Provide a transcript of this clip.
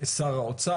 זאת אומרת שר האוצר,